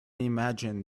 imagine